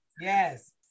Yes